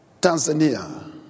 Tanzania